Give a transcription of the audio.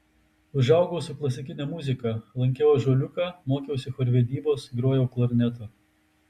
užaugau su klasikine muzika lankiau ąžuoliuką mokiausi chorvedybos grojau klarnetu